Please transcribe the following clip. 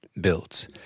built